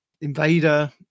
invader